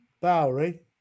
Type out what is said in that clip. Bowery